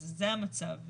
אז זה המצב.